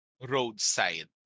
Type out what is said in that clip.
roadside